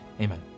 Amen